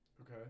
Okay